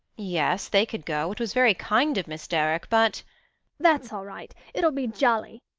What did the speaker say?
yes, they could go it was very kind of miss derrick but that's all right, it'll be jolly.